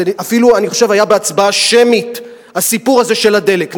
אפילו אני חושב היה בהצבעה שמית הסיפור הזה של הדלק,